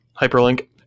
Hyperlink